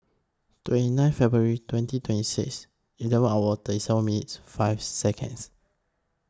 twenty nine February twenty twenty six eleven hour thirty seven minutes five Seconds